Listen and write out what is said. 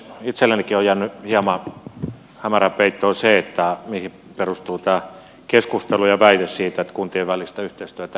itsellenikin on jäänyt hieman hämärän peittoon se mihin perustuu tämä keskustelu ja väite siitä että kuntien välistä yhteistyötä ei pitäisi tehdä